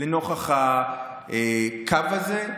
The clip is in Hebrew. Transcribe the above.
לנוכח הקו הזה,